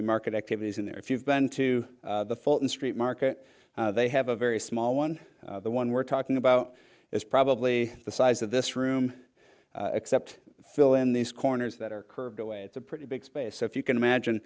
be market activities in there if you've been to the fulton street market they have a very small one the one we're talking about is probably the size of this room except fill in these corners that are curved away it's a pretty big space so if you can imagine